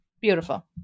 Beautiful